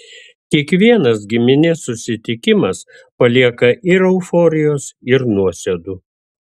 kiekvienas giminės susitikimas palieka ir euforijos ir nuosėdų